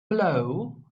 blow